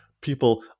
people